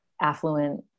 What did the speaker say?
affluent